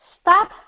stop